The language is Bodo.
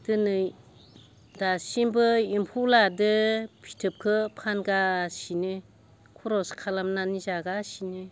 दोनै दासिमबो एम्फौ लादो फिथोबखो फनगासिनो खरस खालामनानै जागासिनो